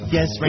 Yes